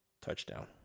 touchdown